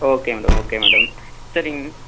okay madam okay madam சரிங்க